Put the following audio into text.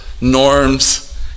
norms